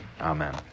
Amen